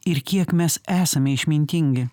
ir kiek mes esame išmintingi